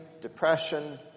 depression